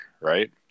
right